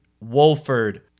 Wolford